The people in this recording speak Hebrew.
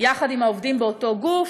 יחד עם העובדים, באותו גוף,